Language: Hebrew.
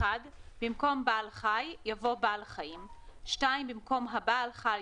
(1)במקום "בעל חי" יבוא "בעל חיים"; (2)במקום "הבעל חי"